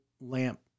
lamp